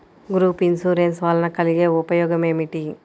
Group insurance వలన కలిగే ఉపయోగమేమిటీ?